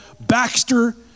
Baxter